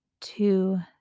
two